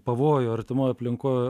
pavojų artimoj aplinkoj